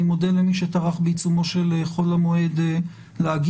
אני מודה למי שטרח בעיצומו של חול המועד להגיע,